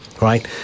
Right